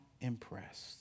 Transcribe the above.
impressed